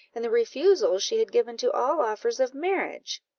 and the refusals she had given to all offers of marriage.